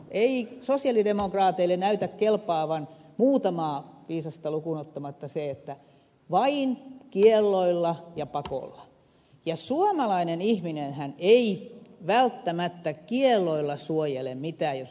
ei sosialidemokraateille näytä kelpaavan muutamaa viisasta lukuun ottamatta muu kuin vain kielloilla ja pakolla ja suomalainen ihminenhän ei välttämättä kielloilla suojele mitään jos ollaan rehellisiä